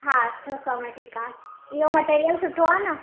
हा छह सौ में ठीकु आहे इहो मटेरियल सुठो आहे न